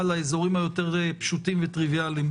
לאזורים היותר פשוטים וטריוויאליים.